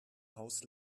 haus